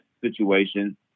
situation